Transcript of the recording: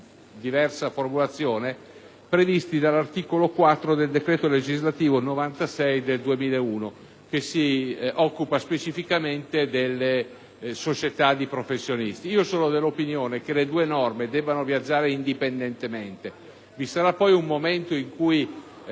diversa formulazione, dall'articolo 4 del decreto legislativo n. 96 del 2001, che si occupa specificamente delle società di professionisti. Sono dell'opinione che le due norme debbano viaggiare indipendentemente. Vi sarà poi un momento in cui,